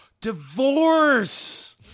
divorce